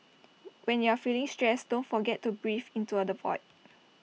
when you are feeling stressed out don't forget to breathe into A the void